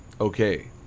okay